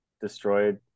destroyed